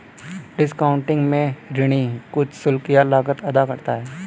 discounting में ऋणी कुछ शुल्क या लागत अदा करता है